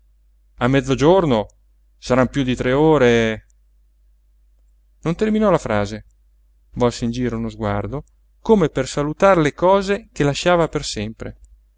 a mezzogiorno saran piú di tre ore non terminò la frase volse in giro uno sguardo come per salutar le cose che lasciava per sempre